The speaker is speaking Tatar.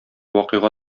вакыйга